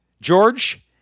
George